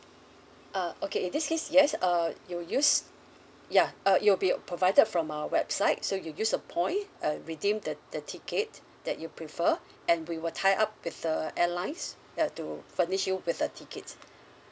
err okay in this case yes err you use yeah uh you'll be provided from our website so you use the point uh redeem the the ticket that you prefer and we will tie up with the airlines uh to furnish you with the tickets